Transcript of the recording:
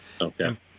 okay